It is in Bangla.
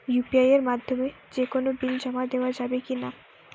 ইউ.পি.আই এর মাধ্যমে যে কোনো বিল জমা দেওয়া যাবে কি না?